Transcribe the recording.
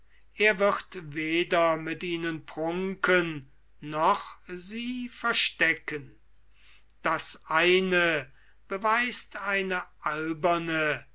er wird weder mit ihnen prunken noch sie verstecken das eine beweißt eine alberne